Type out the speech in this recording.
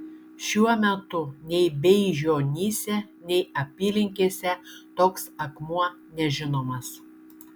šiuo metu nei beižionyse nei apylinkėse toks akmuo nežinomas